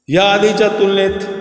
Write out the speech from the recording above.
या अलीच्या तुलनेत